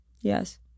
Yes